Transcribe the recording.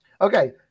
Okay